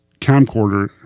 camcorder